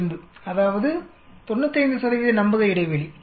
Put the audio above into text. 05 அதாவது 95 நம்பக இடைவெளி